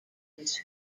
his